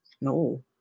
No